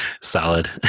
Solid